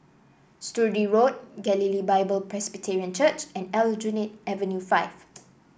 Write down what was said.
Sturdee Road Galilee Bible Presbyterian Church and Aljunied Avenue Five